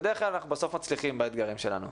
בדרך כלל בסוף אנחנו מצליחים באתגרים שלנו.